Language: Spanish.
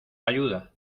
ayuda